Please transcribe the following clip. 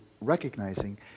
recognizing